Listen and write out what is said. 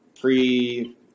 pre